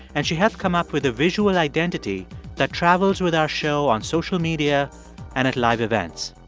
and she helped come up with a visual identity that travels with our show on social media and at live events.